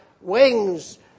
wings